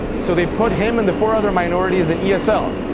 so they put him and the four other minorities in yeah esl,